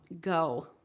go